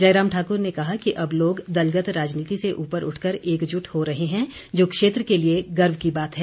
जयराम ठाक्र ने कहा कि अब लोग दलगत राजनीति से ऊपर उठकर एकजुट हो रहे हैं जो क्षेत्र के लिए गर्व की बात है